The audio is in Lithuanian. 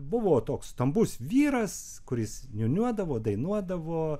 buvo toks stambus vyras kuris niūniuodavo dainuodavo